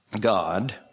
God